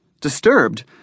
Disturbed